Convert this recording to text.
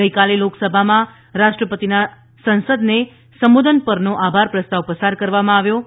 ગઈકાલે લોકસભામાં રાષ્ટ્રપતિના સંસદને સંબોધન પરનો આભાર પ્રસ્તાવ પસાર કરવામાં આવ્યો છે